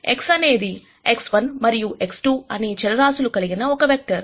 X అనేది X1 మరియు X2 అనే చరరాశులు కలిగిన ఒక వెక్టర్